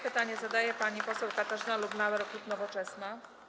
Pytanie zadaje pani poseł Katarzyna Lubnauer, klub Nowoczesna.